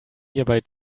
nearby